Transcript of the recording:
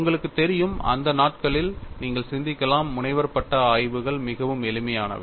உங்களுக்கு தெரியும் அந்த நாட்களில் நீங்கள் சிந்திக்கலாம் முனைவர் பட்ட ஆய்வுகள் மிகவும் எளிமையானவை